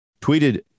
tweeted